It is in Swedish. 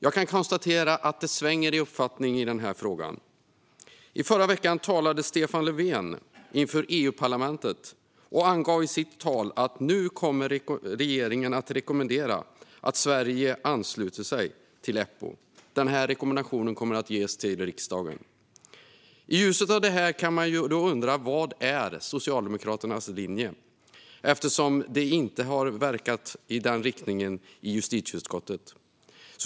Jag kan konstatera att det svänger i uppfattning i den här frågan. I förra veckan talade Stefan Löfven inför EU-parlamentet och angav i sitt tal att regeringen nu kommer att rekommendera att Sverige ansluter sig till Eppo. Den här rekommendationen kommer att ges till riksdagen. I ljuset av detta kan man undra vad som är Socialdemokraternas linje eftersom man inte har verkat i den riktningen i justitieutskottet.